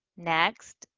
next,